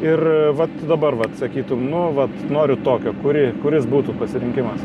ir vat dabar vat sakytų nu vat noriu tokio kurį kuris būtų pasirinkimas